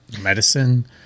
medicine